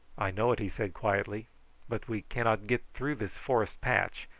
i know it, he said quietly but we cannot get through this forest patch,